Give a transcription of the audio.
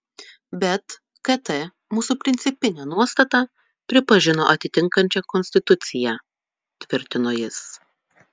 bet kt mūsų principinę nuostatą pripažino atitinkančia konstituciją tvirtino jis